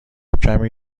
کمی